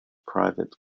private